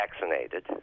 vaccinated